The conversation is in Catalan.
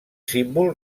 símbol